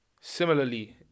Similarly